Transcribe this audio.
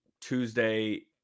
tuesday